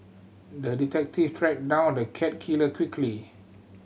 the detective tracked down on the cat killer quickly